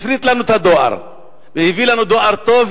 הפריט לנו את הדואר והביא לנו דואר טוב,